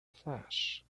flash